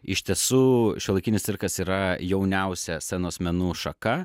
iš tiesų šiuolaikinis cirkas yra jauniausia scenos menų šaka